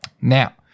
Now